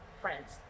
friends